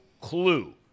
clue